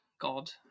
God